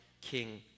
King